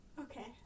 Okay